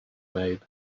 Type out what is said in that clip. made